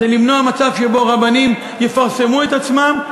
כדי למנוע מצב שבו רבנים יפרסמו את עצמם,